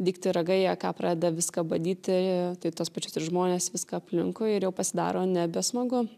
dygti ragai jie ką pradeda viską badyti tai tuos pačius ir žmones viską aplinkui ir jau pasidaro nebesmagu